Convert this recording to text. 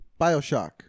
Bioshock